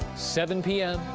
seven pm,